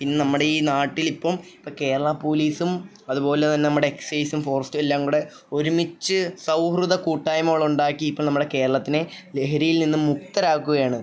പിന്നെ നമ്മുടെ ഈ നാട്ടിലിപ്പം ഇപ്പോൾ കേരള പോലീസും അതുപോലെ തന്നെ നമ്മുടെ എക്സൈസും ഫോറസ്റ്റും എല്ലാം കൂടെ ഒരുമിച്ച് സൗഹൃദ കൂട്ടായ്മകളുണ്ടാക്കി ഇപ്പം നമ്മളെ കേരളത്തിനെ ലഹരിയിൽ നിന്ന് മുക്തരാക്കുകയാണ്